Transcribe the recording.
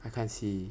I can't see